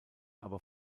aber